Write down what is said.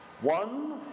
One